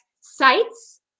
sites